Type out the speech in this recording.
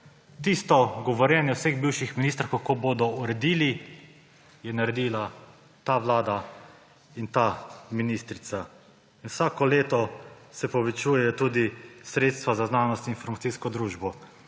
Tisto govorjenje vseh bivših ministrov, kako bodo uredili, sta uredili ta vlada in ta ministrica. Vsako leto se povečujejo tudi sredstva za znanost in informacijsko družbo.